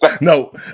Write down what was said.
No